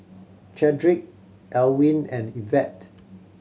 Chadrick Elwyn and Ivette